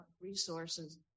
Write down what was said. resources